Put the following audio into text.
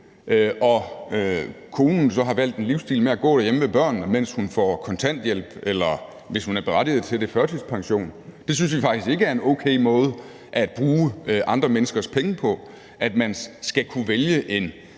og konen så har valgt en livsstil med at gå derhjemme med børnene, mens hun får kontanthjælp eller, hvis hun er berettiget til det, førtidspension. Det synes vi faktisk ikke er en okay måde at bruge andre menneskers penge på, altså at man skal kunne vælge en